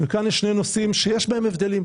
יש שני נושאים שבהם לא רק שאין הבדל,